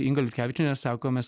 inga liutkevičienė ir sako mes